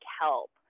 help